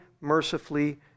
mercifully